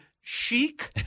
chic